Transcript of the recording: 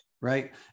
right